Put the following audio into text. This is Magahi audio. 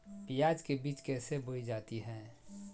प्याज के बीज कैसे बोई जाती हैं?